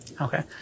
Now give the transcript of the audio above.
Okay